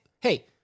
hey